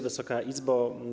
Wysoka Izbo!